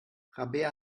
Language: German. rabea